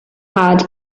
had